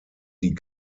die